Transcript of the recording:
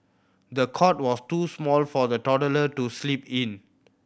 the cot was too small for the toddler to sleep in